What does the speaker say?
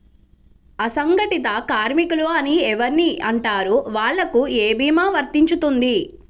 అసంగటిత కార్మికులు అని ఎవరిని అంటారు? వాళ్లకు ఏ భీమా వర్తించుతుంది?